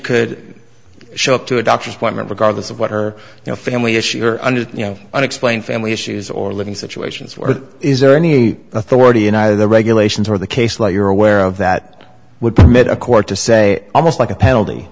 could show up to a doctor's appointment regardless of what her family issues are under you know unexplained family issues or living situations or is there any authority in the regulations or the case like you're aware of that would permit a court to say almost like a penalty